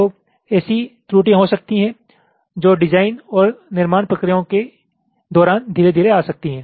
तो ऐसी त्रुटियां हो सकती हैं जो डिजाइन और निर्माण प्रक्रियाओं के दौरान धीरे धीरे आ सकती हैं